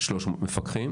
מפקחים